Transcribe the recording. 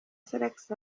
salax